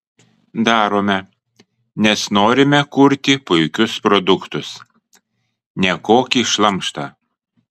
darome nes norime kurti puikius produktus ne kokį šlamštą